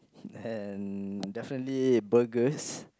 and definitely burgers